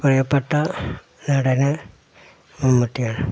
പ്രിയ്യപ്പെട്ട നടൻ മമ്മൂട്ടിയാണ്